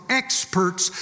experts